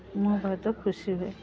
ମୁଁ ବହୁତ ଖୁସି ହୁଏ